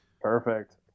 Perfect